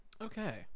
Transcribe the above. Okay